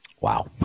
Wow